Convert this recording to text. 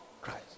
Christ